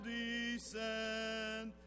descend